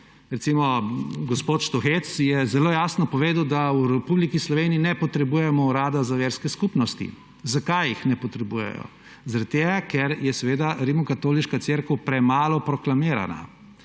Recimo, gospod Štuhec je zelo jasno povedal, da v Republiki Sloveniji ne potrebujemo Urada za verske skupnosti. Zakaj jih ne potrebujejo? Zaradi tega, ker je seveda Rimokatoliška cerkev premalo proklamirana,